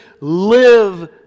Live